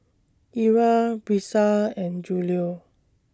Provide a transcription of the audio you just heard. Ira Brisa and Julio